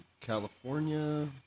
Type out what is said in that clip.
california